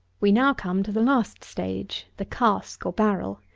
we now come to the last stage the cask or barrel.